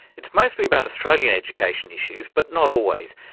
it's mostly about australian education issues, but not always,